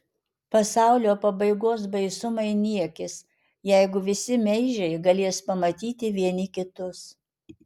pasaulio pabaigos baisumai niekis jeigu visi meižiai galės pamatyti vieni kitus